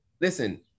listen